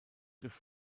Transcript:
durch